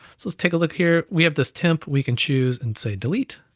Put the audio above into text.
so let's take a look here. we have this temp, we can choose, and say delete,